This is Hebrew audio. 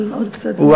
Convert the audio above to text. אבל עוד קצת,